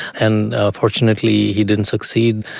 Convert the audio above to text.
and fortunately he didn't succeed.